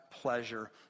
pleasure